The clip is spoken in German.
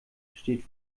steht